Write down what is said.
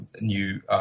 new